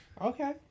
Okay